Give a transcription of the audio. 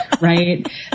right